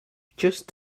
just